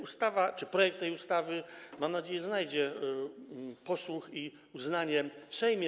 Ustawa czy projekt tej ustawy, mam nadzieję, znajdzie posłuch i uznanie w Sejmie.